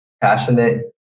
passionate